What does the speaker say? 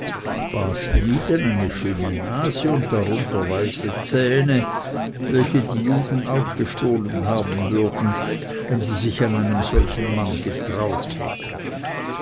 eine schöne nase und darunter weiße zähne welche die juden auch gestohlen haben würden wenn sie sich an einen solchen mann getraut hätten